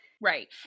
Right